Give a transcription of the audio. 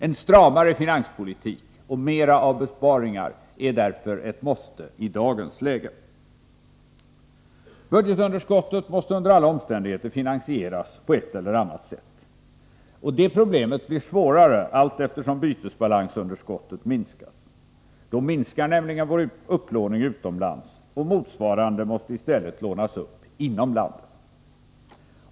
En stramare finanspolitik och mera av besparingar är därför ett måste i dagens läge. Budgetunderskottet måste under alla omständigheter finansieras på ett eller annat sätt. Det problemet blir svårare allteftersom bytesbalansunderskottet minskas. Då minskar nämligen vår upplåning utomlands, och motsvarande måste i stället lånas upp inom landet.